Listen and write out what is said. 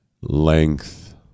length